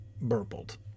burbled